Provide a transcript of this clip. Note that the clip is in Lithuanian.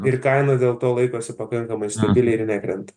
ir kaina dėl to laikosi pakankamai stabiliai ir nekrenta